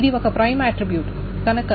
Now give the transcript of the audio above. ఇది ఒక prime attribute కనుక